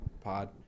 pod